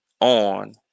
on